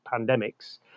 pandemics